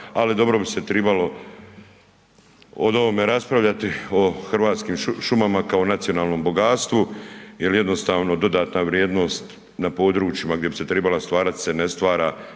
ali dobro bi se trebalo o ovome raspravljati, o hrvatskim šumama kao nacionalnom bogatstvu jer jednostavno, dodatna vrijednost na područjima gdje bi se trebala stvarati se ne stvara,